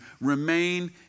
Remain